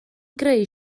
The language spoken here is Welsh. greu